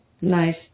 nice